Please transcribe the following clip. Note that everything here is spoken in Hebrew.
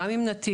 גם עם נתיב,